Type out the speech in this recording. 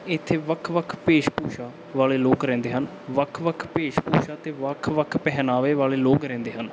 ਇੱਥੇ ਵੱਖ ਵੱਖ ਭੇਸ਼ ਭੂਸ਼ਾ ਵਾਲੇ ਲੋਕ ਰਹਿੰਦੇ ਹਨ ਵੱਖ ਵੱਖ ਭੇਸ਼ ਭੂਸ਼ਾ ਅਤੇ ਵੱਖ ਵੱਖ ਪਹਿਨਾਵੇ ਵਾਲੇ ਲੋਕ ਰਹਿੰਦੇ ਹਨ